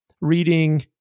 reading